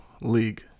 league